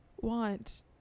want